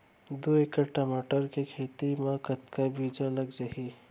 दू एकड़ टमाटर के खेती मा कतका बीजा लग जाही?